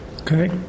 Okay